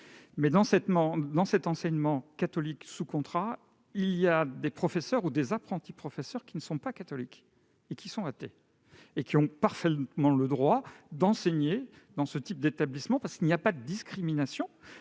sein de cet enseignement catholique sous contrat, exercent des professeurs ou des apprentis professeurs qui ne sont pas catholiques et qui sont même athées. Ils ont parfaitement le droit d'enseigner dans ce type d'établissements, car il n'y a pas de discriminations